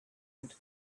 and